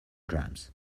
drums